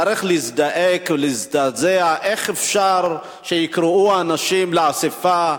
צריך להזדעק ולהזדעזע: איך אפשר שיקראו אנשים לאספה,